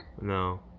No